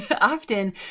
often